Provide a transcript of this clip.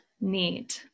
need